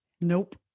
Nope